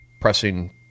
pressing